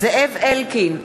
זאב אלקין,